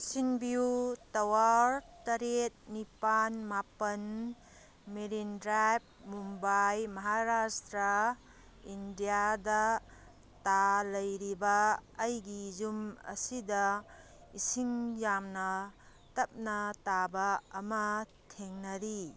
ocean ꯕ꯭ꯌꯨ tower ꯇꯔꯦꯠ ꯅꯤꯄꯥꯜ ꯃꯥꯄꯜ ꯃꯦꯔꯤꯟ ꯗ꯭ꯔꯥꯏꯚ ꯃꯨꯝꯕꯥꯏ ꯃꯍꯥꯔꯥꯁꯇ꯭ꯔꯥ ꯏꯟꯗꯤꯌꯥꯗꯇ ꯂꯩꯔꯤꯕ ꯑꯩꯒꯤ ꯌꯨꯝ ꯑꯁꯤꯗ ꯏꯁꯤꯡ ꯌꯥꯝꯅ ꯇꯞꯅ ꯇꯥꯕ ꯑꯃ ꯊꯦꯡꯅꯔꯤ